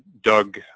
Doug